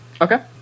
Okay